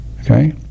okay